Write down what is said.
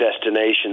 destination